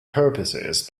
purposes